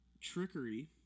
trickery